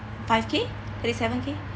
five K thirty seven K